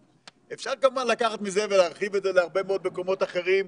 אפשר כמובן לקחת מזה ולהרחיב את זה להרבה מאוד מקומות אחרים,